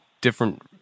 different